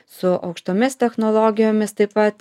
su aukštomis technologijomis taip pat